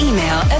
Email